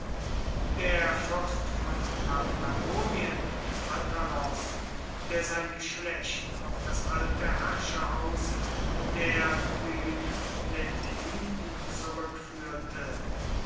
der fürst von paphlagonien attalos der sein geschlecht auf das alte herrscherhaus der